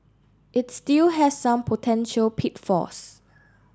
it still has some potential pitfalls